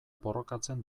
borrokatzen